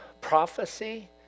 prophecy